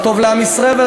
זה טוב לעם ישראל,